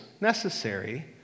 necessary